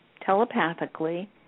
telepathically